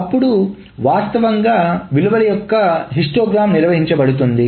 అప్పుడు వాస్తవంగా విలువల యొక్క హిస్టోగ్రాం నిర్వహించబడుతుంది